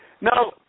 No